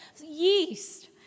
yeast